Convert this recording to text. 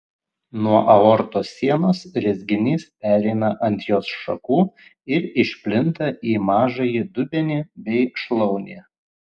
nuo aortos sienos rezginys pereina ant jos šakų ir išplinta į mažąjį dubenį bei šlaunį